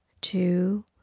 Two